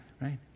Right